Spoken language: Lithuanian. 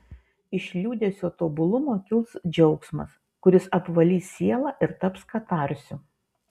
iš liūdesio tobulumo kils džiaugsmas kuris apvalys sielą ir taps katarsiu